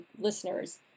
listeners